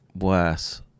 worse